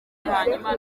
hanyuma